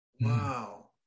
Wow